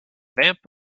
vamp